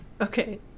Okay